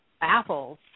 apples